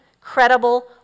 credible